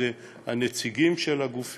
אם זה הנציגים של הגופים,